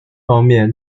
方面